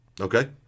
Okay